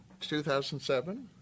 2007